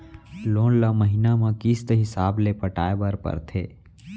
loan ल महिना म किस्त हिसाब ले पटाए बर परथे